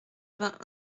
vingt